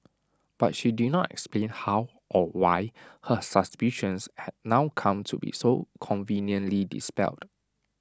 but she did not explain how or why her suspicions had now come to be so conveniently dispelled